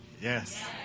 Yes